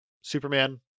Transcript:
Superman